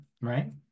right